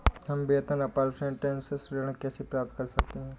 हम वेतन अपरेंटिस ऋण कैसे प्राप्त कर सकते हैं?